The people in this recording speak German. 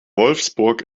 wolfsburg